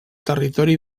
territori